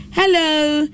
Hello